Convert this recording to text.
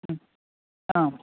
आम्